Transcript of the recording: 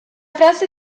frase